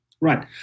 Right